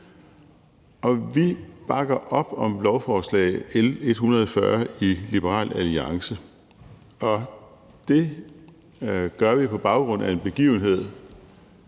Vi bakker op om lovforslag L 140 i Liberal Alliance, og det gør vi på baggrund af en begivenhed,